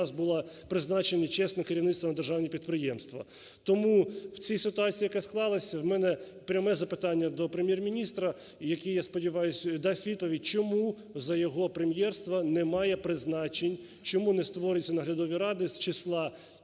було призначено чесне керівництво на державні підприємства. Тому в цій ситуації, яка склалася, в мене пряме запитання до Прем'єр-міністра, який, я сподіваюся, дасть відповідь, чому за його прем'єрства немає призначень? Чому не створюються наглядові ради з числа